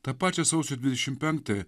tą pačią sausio dvidešimt penktąją